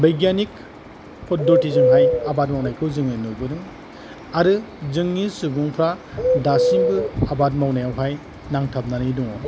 बैग्यानिक पद्ध'तिजोंहाय आबाद मावनायखौ जों नुबोदों आरो जोंनि सुबुंफोरा दासिमबो आबाद मावनायावहाय नांथाबनानै दङ